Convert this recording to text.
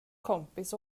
kompis